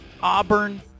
Auburn